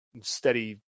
steady